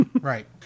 Right